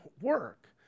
work